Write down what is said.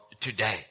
today